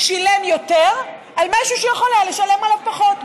שילם יותר על משהו שהוא יכול היה לשלם עליו פחות.